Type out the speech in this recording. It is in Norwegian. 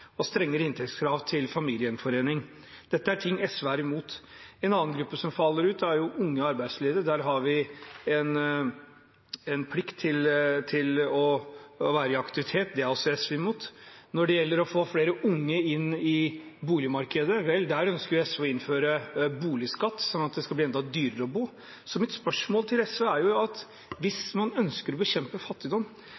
og strengere inntektskrav for å få familiegjenforening. Dette er SV imot. En annen gruppe som faller utenfor, er unge arbeidsledige. Der har vi en plikt til å være i aktivitet. Også det er SV imot. Når det gjelder å få flere unge inn på boligmarkedet – vel, der ønsker SV å innføre boligskatt, slik at det skal bli enda dyrere å bo. Mitt spørsmål til SV er: Hvis man ønsker å bekjempe fattigdom, hvorfor er det slik at